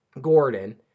Gordon